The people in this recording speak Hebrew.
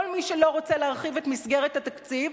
כל מי שלא רוצה להרחיב את מסגרת התקציב,